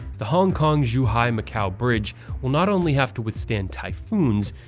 the hong kong-zhuhai-macau bridge will not only have to withstand typhoons,